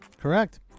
correct